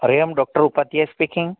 અરે એમ doctor Upadhyay speaking